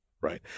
right